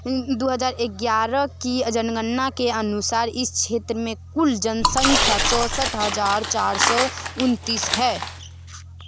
दो हज़ार ग्यारह की जनगणना के अनुसार इस क्षेत्र की कुल जनसंख्या चौसठ हज़ार चार सौ उन्तीस है